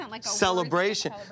celebration